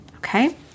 Okay